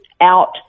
out